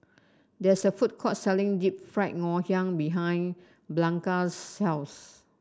there is a food court selling Deep Fried Ngoh Hiang behind Blanca's house